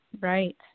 Right